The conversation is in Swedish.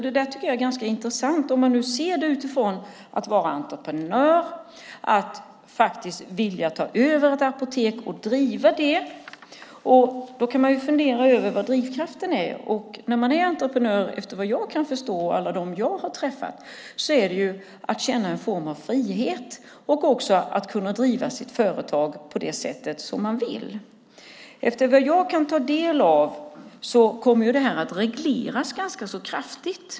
Detta tycker jag är ganska intressant om man ser det utifrån en entreprenör som faktiskt vill ta över ett apotek och driva det. Då kan man fundera över vad drivkraften är. När man är entreprenör, såvitt jag förstår efter att ha träffat många, är drivkraften att känna en form av frihet och att också kunna driva sitt företag på det sätt som man vill. Såvitt jag har kunnat ta del kommer detta att regleras ganska kraftigt.